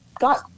got